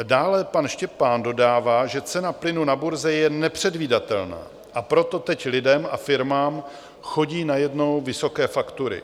Dále pan Štěpán dodává, že cena plynu na burze je nepředvídatelná, a proto teď lidem a firmám chodí najednou vysoké faktury.